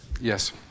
Yes